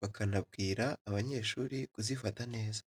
bakanabwira abanyeshuri kuzifata neza.